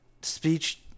speech